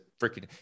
freaking